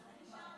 אדוני השר,